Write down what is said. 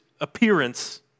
appearance